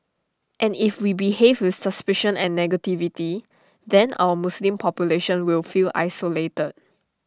and if we behave with suspicion and negativity then our Muslim population will feel isolated